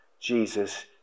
Jesus